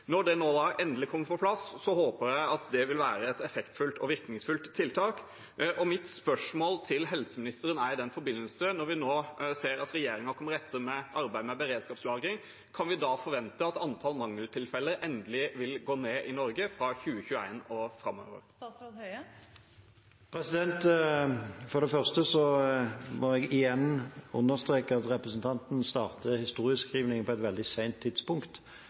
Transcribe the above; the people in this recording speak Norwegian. Når det nå endelig er kommet på plass, håper jeg at det vil være et effektfullt og virkningsfullt tiltak. Mitt spørsmål til helseministeren er, i den forbindelse: Når vi nå ser at regjeringen kommer etter i arbeidet med beredskapslagring, kan vi da forvente at antallet mangeltilfeller endelig vil gå ned i Norge, fra 2021 og framover? For det første må jeg igjen understreke at representanten starter historieskrivningen på et veldig sent tidspunkt,